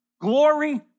glory